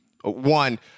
One